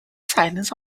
silence